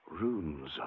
Runes